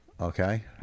Okay